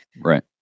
right